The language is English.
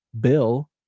bill